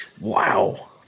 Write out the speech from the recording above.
wow